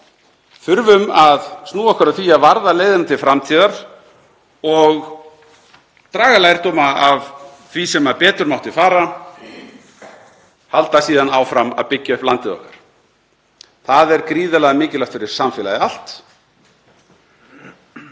þurfum að snúa okkur að því að varða leiðina til framtíðar, draga lærdóm af því sem betur mátti fara og halda síðan áfram að byggja upp landið okkar. Það er gríðarlega mikilvægt fyrir samfélagið allt